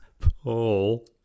Paul